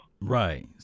Right